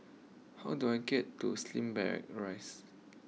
how do I get to Slim Barracks Rise